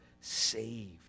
saved